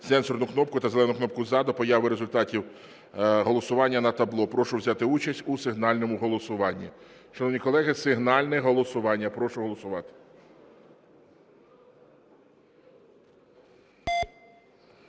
сенсору кнопку та зелену кнопку "За" до появи результатів голосування на табло. Прошу взяти участь у сигнальному голосування. Шановні колеги, сигнальне голосування. Прошу голосувати.